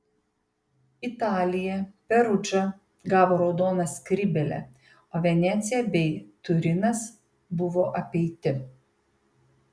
italija perudža gavo raudoną skrybėlę o venecija bei turinas buvo apeiti